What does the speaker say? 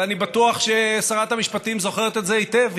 ואני בטוח ששרת המשפטים זוכרת את זה היטב,